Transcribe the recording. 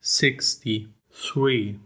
sixty-three